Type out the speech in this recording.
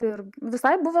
ir visai buvo